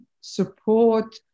support